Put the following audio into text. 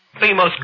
Famous